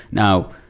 now,